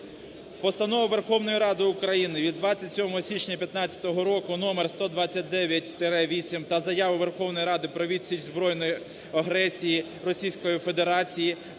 Постанову Верховної Ради України від 27 січня 2015 року № 129-8 та Заяву Верховної Ради про відсіч збройної агресії Російської Федерації